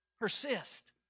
Persist